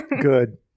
Good